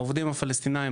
העובדים הפלסטינים,